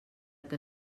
que